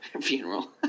funeral